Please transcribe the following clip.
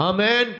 Amen